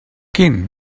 quin